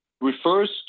refers